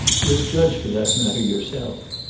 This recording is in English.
you'll judge for that matter yourself.